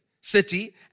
city